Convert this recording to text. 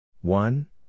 one